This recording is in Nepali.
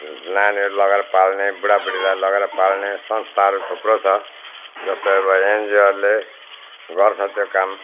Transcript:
नानी लगेर पाल्ने बुढा बुढीलाई लगेर पाल्ने संस्थाहरू थुप्रो छ जस्तै अबो एनजिओले गर्छ त्यो काम